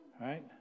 Right